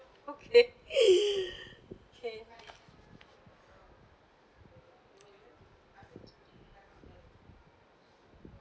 okay okay